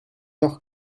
noch